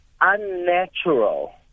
unnatural